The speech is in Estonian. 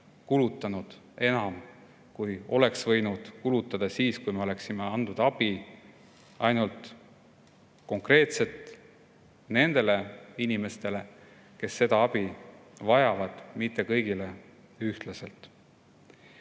kulutanud enam, kui oleks võinud kulutada siis, kui me oleksime andnud abi ainult konkreetselt nendele inimestele, kes abi vajavad, mitte kõigile ühtlaselt.